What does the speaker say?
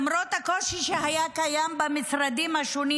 למרות הקושי שהיה קיים במשרדים השונים